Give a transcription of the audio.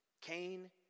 Cain